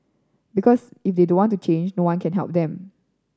because if they don't want to change no one can help them